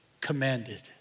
commanded